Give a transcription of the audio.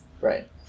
Right